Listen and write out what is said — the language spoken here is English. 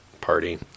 party